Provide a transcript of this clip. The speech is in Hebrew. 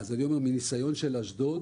אז אני אומר, מניסיון של אשדוד,